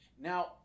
Now